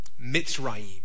Mitzrayim